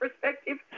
perspective